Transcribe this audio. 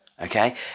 okay